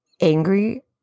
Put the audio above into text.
angry